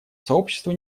сообществу